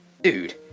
dude